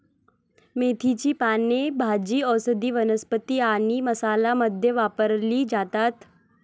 मेथीची पाने भाजी, औषधी वनस्पती आणि मसाला मध्ये वापरली जातात